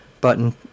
button